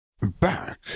Back